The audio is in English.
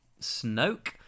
Snoke